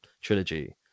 trilogy